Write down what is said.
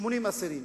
80 אסירים,